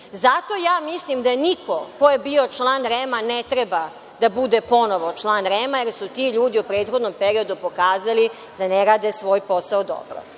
ja mislim da niko ko je bio član REM ne treba da bude ponovo član REM jer su ti ljudi u prethodnom periodu pokazali da ne rade svoj posao dobro.